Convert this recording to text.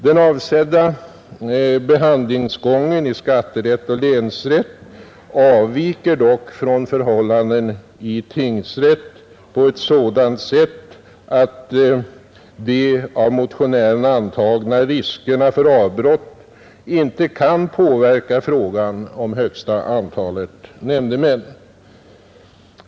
Den avsedda behandlingsgången i skatterätt och länsrätt avviker dock från förhållandena i tingsrätt på ett sådant sätt att de av motionärerna antagna riskerna för avbrott inte kan påverka frågan om högsta antal nämndemän.